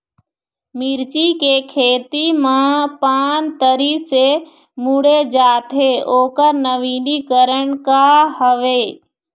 मिर्ची के खेती मा पान तरी से मुड़े जाथे ओकर नवीनीकरण का हवे?